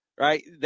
Right